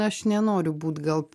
aš nenoriu būt gal